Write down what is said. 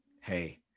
hey